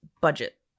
budget